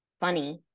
funny